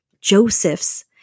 Joseph's